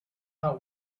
not